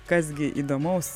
kas gi įdomaus